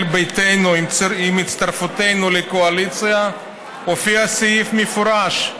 ביתנו עם הצטרפותנו לקואליציה הופיע סעיף מפורש,